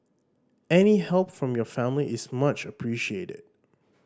any help from your family is much appreciated